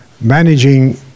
managing